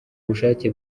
ubushake